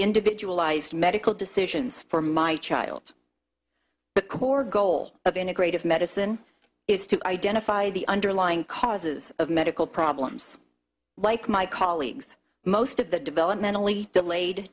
individualized medical decisions for my child the core goal of integrative medicine is to identify the underlying causes of medical problems like my colleagues most of the developmentally delayed